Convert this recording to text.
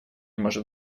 может